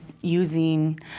using